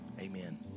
Amen